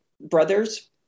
brothers